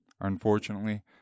unfortunately